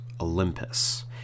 Olympus